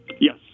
Yes